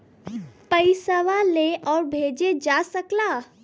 पइसवा ले आउर भेजे जा सकेला